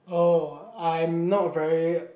oh I'm not very